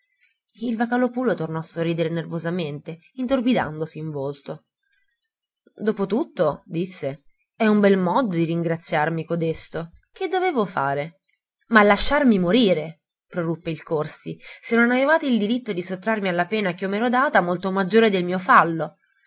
m'aspettava il vocalòpulo tornò a sorridere nervosamente intorbidandosi in volto dopo tutto disse è un bel modo di ringraziarmi codesto che dovevo fare ma lasciarmi morire proruppe il corsi se non avevate il diritto di sottrarmi alla pena ch'io m'ero data molto maggiore del mio fallo